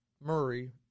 Murray